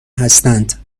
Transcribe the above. هستند